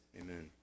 amen